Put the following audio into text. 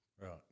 Right